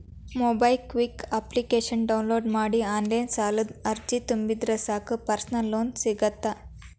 MobiKwik ಅಪ್ಲಿಕೇಶನ download ಮಾಡಿ online ಸಾಲದ ಅರ್ಜಿನ ತುಂಬಿದ್ರ ಸಾಕ್ ಪರ್ಸನಲ್ ಲೋನ್ ಸಿಗತ್ತ